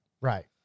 Right